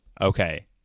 okay